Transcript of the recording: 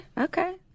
okay